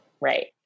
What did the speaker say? Right